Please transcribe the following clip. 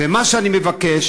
מה שאני מבקש